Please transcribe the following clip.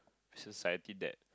society that